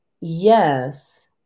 yes